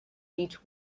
beech